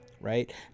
right